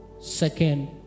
second